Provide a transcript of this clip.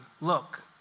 Look